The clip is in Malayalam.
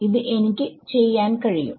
ഇത് എനിക്ക് ചെയ്യാൻ കഴിയും